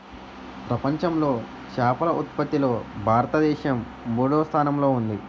ప్రపంచంలో చేపల ఉత్పత్తిలో భారతదేశం మూడవ స్థానంలో ఉంది